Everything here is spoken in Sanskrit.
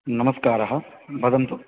नमस्कारः वदन्तु